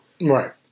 right